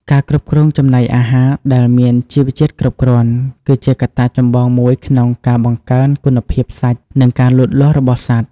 ការគ្រប់គ្រងចំណីអាហារដែលមានជីវជាតិគ្រប់គ្រាន់ គឺជាកត្តាចម្បងមួយក្នុងការបង្កើនគុណភាពសាច់និងការលូតលាស់របស់សត្វ។